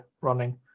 running